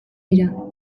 dira